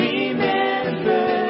Remember